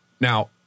Now